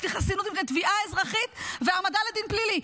יש לי חסינות מפני תביעה אזרחית והעמדה לדין פלילי.